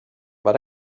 but